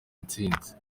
intsinzi